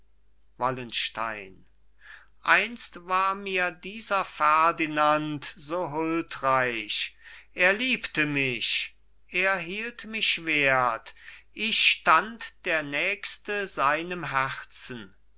wallenstein einst war mir dieser ferdinand so huldreich er liebte mich er hielt mich wert ich stand der nächste seinem herzen